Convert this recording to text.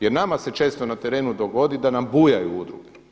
Jer nama se često na terenu dogodi da nam bujaju udruge.